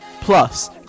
Plus